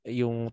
yung